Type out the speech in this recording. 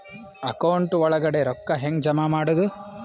Account ಒಳಗಡೆ ರೊಕ್ಕ ಹೆಂಗ್ ಜಮಾ ಮಾಡುದು?